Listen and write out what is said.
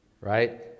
right